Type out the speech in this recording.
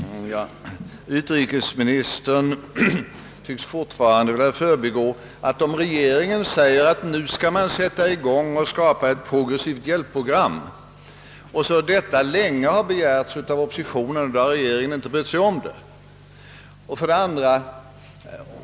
Herr talman! Utrikesministern tycks fortfarande vilja förbigå följande: Om regeringen säger att man nu skall skapa ett progressivt hjälpprogram, är detta något som länge begärts av oppositionen fastän regeringen inte brytt sig därom.